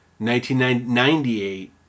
1998